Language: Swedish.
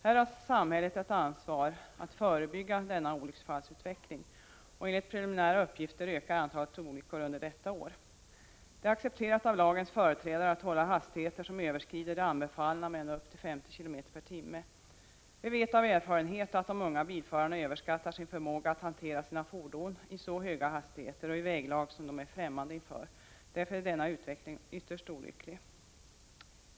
Här har samhället ett ansvar att förebygga denna olycksfallsutveckling. Enligt preliminära uppgifter ökar antalet olyckor under detta år. Det är accepterat av lagens företrädare att hålla hastigheter som överskrider de anbefallda med ända upp till 50 km/tim. Vi vet av erfarenhet att de unga bilförarna överskattar sin förmåga att hantera sina fordon i så höga hastigheter och i väglag som de är främmande inför. Därför är denna utveckling ytterst olycklig.